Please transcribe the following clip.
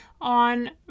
on